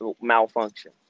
malfunction